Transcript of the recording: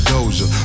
Doja